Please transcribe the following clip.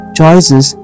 choices